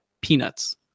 peanuts